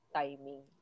timing